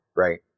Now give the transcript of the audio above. Right